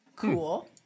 cool